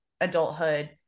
adulthood